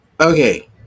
Okay